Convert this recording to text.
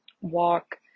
walk